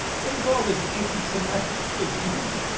what is all this anti-semitic the jews?